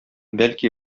бәлки